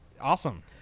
Awesome